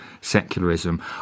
secularism